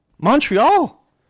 Montreal